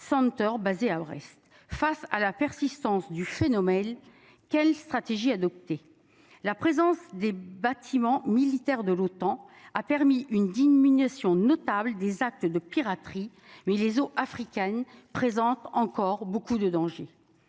Center, basé à Brest face à la persistance du phénomène. Quelle stratégie adopter la présence des bâtiments militaires de l'OTAN a permis une diminution notable des actes de piraterie mais les eaux africaines présente encore beaucoup de dangers.